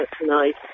tonight